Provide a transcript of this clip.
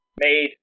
made